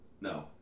No